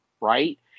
right